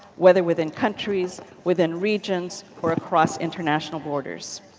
whether within countries, within regions, or across international borders.